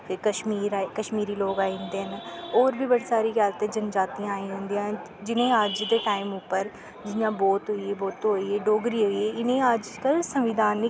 ते कश्मीरी लोग आई जंदे नै होर बी बड़ी सारी जाति जन जातियां आई जंदियां जियां अज दे टाईम दे उप्पर जियां बोत होईये बोतो होईये डोगरे होईये इ'नें अज कल संविधानिक